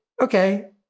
okay